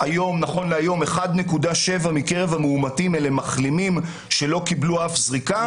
שנכון להיום 1.7 אחוזים מקרב המאומתים הם מחלימים שלא קיבלו אף זריקה.